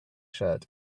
shirt